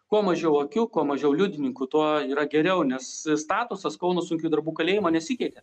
kuo mažiau akių kuo mažiau liudininkų tuo yra geriau nes statusas kauno sunkiųjų darbų kalėjimo nesikeitė